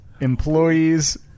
employees